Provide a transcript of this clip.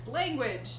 language